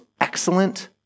excellent